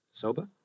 Soba